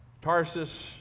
Tarsus